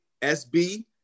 SB